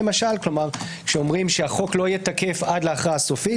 כלומר שאומרים שהחוק לא יהיה תקף עד ההכרעה הסופית,